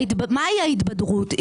מהי ההתבדרות?